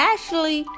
Ashley